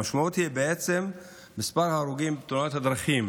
המשמעות היא שמספר ההרוגים בתאונות הדרכים